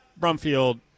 Brumfield